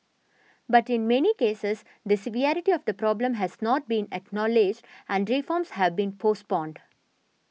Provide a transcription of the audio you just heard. but in many cases the severity of the problem has not been acknowledged and reforms have been postponed